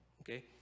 Okay